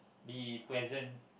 be present